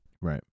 right